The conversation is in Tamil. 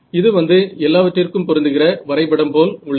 இது வந்து எல்லாவற்றிற்கும் பொருந்துகிற வரைபடம் போல் உள்ளது